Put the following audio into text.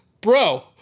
bro